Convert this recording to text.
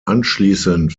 anschließend